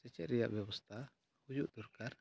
ᱥᱮᱪᱮᱫ ᱨᱮᱭᱟᱜ ᱵᱮᱵᱚᱥᱛᱷᱟ ᱦᱩᱭᱩᱜ ᱫᱚᱨᱠᱟᱨ